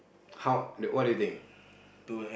how what do you think